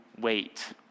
wait